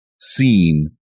seen